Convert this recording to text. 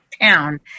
town